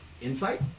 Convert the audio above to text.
insight